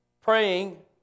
Praying